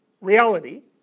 reality